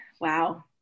Wow